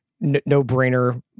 no-brainer